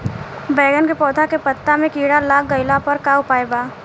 बैगन के पौधा के पत्ता मे कीड़ा लाग गैला पर का उपाय बा?